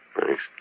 Thanks